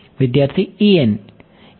વિદ્યાર્થી E n